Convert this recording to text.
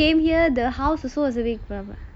no no no after you came here the house also இருப்பாங்க:irupaanga